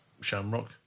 Shamrock